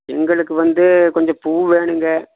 எங்களுக்கு வந்து கொஞ்சம் பூ வேணுங்க